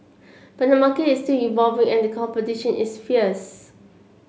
but the market is still evolving and competition is fierce